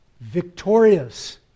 victorious